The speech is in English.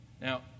Now